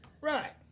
Right